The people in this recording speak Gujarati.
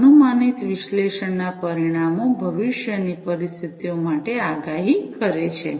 અનુમાનિત વિશ્લેષણના પરિણામો ભવિષ્યની પરિસ્થિતિઓ માટે આગાહી કરે છે